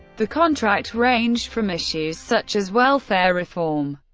the contract ranged from issues such as welfare reform,